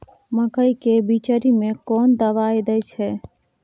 मकई के बिचरी में कोन दवाई दे छै?